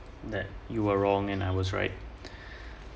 that you were wrong and I was right